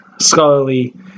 scholarly